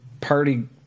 party